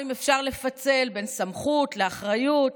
אם אפשר לפצל בין סמכות לאחריות,